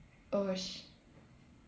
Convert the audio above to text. oh sh~